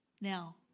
Now